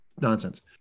nonsense